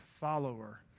follower